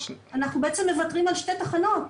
אנחנו בעצם מוותרים על שתי תחנות.